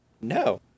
no